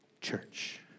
church